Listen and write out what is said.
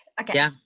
Okay